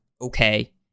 okay